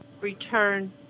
return